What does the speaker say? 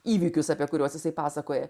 įvykius apie kuriuos jisai pasakoja